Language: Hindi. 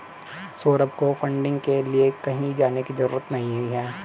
सौरभ को फंडिंग के लिए कहीं जाने की जरूरत नहीं है